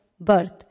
birth